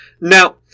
Now